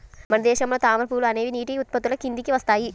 మన దేశంలో తామర పువ్వులు అనేవి నీటి ఉత్పత్తుల కిందికి వస్తాయి